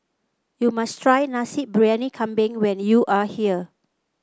you must try Nasi Briyani Kambing when you are here